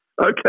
Okay